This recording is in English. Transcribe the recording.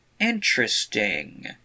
Interesting